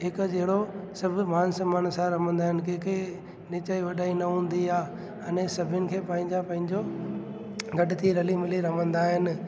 हिकु जहिड़ो सभु मान समान सां रमंदा आहिनि कंहिंखे निचाई वॾाई न हूंदी आहे अने सभिनि खे पंहिंजा पंहिंजो गॾ थी रली मिली रमंदा आहिनि